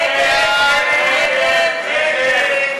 נגד?